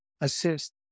assist